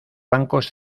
bancos